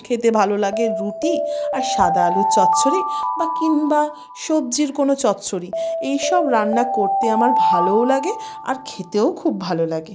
খেতে ভালো লাগে রুটি আর সাদা আলুর চচ্চড়ি বা কিংবা সবজির কোনো চচ্চড়ি এই সব রান্না করতে আমার ভালোও লাগে আর খেতেও খুব ভালো লাগে